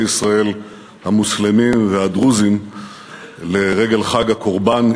ישראל המוסלמים והדרוזים לרגל חג הקורבן,